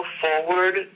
forward